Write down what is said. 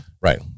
Right